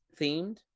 themed